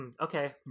okay